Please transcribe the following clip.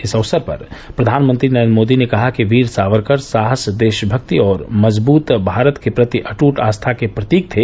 इस अवसर पर प्रधानमंत्री नरेन्द्र मोदी ने कहा कि वीर सावरकर साहस देशभक्ति और मजबूत भारत के प्रति अटूट आस्था के प्रतीक थे